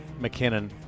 McKinnon